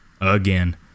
Again